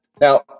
Now